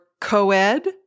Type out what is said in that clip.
co-ed